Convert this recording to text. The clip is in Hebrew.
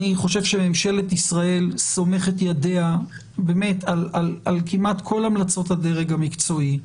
אני חושב שממשלת ישראל סומכת ידיה על כמעט כל המלצות הדרג המקצועי.